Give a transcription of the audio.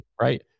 right